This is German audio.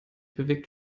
bewegt